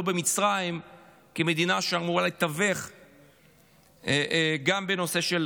במצרים כמדינה שאמורה לתווך גם בנושא של